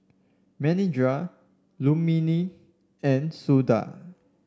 Manindra Rukmini and Sundar